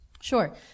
Sure